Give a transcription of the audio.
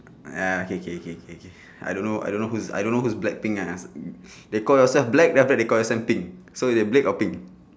ah okay K K K K I don't know I don't know who is I don't know who is Blackpink ah they call yourself black then after that they call yourself pink so they black or pink